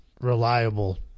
reliable